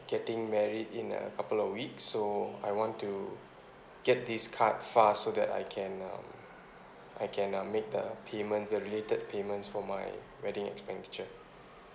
getting married in a couple of weeks so I want to get this card fast so that I can um I can um make the payments the related payments for my wedding expenditure